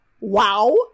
wow